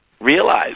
realize